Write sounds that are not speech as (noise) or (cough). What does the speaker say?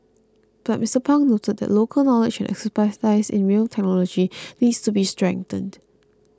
but Mister Pang noted that local knowledge and expertise in rail technology (noise) needs to be strengthened